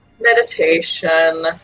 Meditation